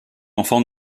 enfant